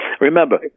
Remember